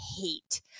hate